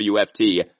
WFT